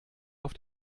auf